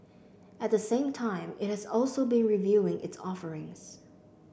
at the same time it has also been reviewing its offerings